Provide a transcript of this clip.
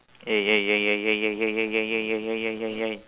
hey hey hey hey hey hey hey hey hey hey hey hey hey hey